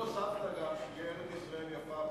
למה לא הוספת גם שתהיה ארץ-ישראל יפה,